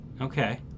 Okay